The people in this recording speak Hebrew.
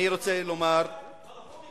אדוני היושב-ראש,